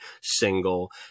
single